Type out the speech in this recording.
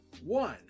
One